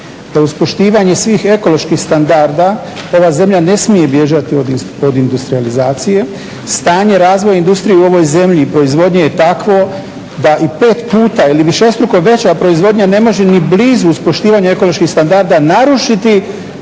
da uz poštivanje svih ekoloških standarda ova zemlja ne smije bježati od industrijalizacije. Stanje razvoja industrije u ovoj zemlji proizvodnja je takvo da i 5 puta i višestruko veća proizvodnja ne može ni blizu uz poštivanje ekoloških standarda narušiti